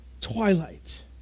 twilight